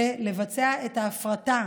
זה לבצע את ההפרטה